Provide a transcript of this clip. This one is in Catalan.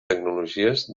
tecnologies